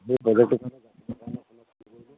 সেই প্ৰজেক্টটোৰ কাৰণে জানিবৰ কাৰণে আপোনাক ফোন কৰিলোঁ